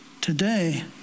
today